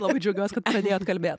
labai džiaugiuos kad pradėjot kalbėt